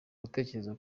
gutekereza